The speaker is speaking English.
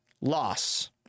loss